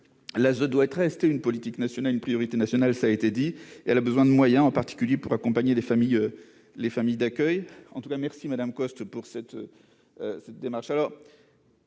la zone doit être resté une politique nationale une priorité nationale, ça a été dit et elle a besoin de moyens en particulier pour accompagner les familles, les familles d'accueil, en tout cas merci Madame Coste pour cette cette démarche